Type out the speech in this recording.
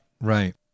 right